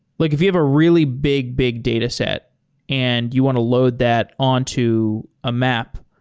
like if you have a really big, big data set and you want to load that onto a map,